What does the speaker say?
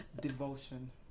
Devotion